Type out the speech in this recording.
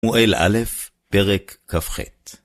שמואל א', פרק כ"ח